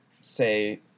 say